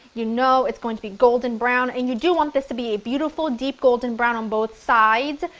you know it's going to be golden brown and you do want this to be a beautiful deep golden brown on both sides.